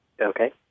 Okay